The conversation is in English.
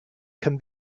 can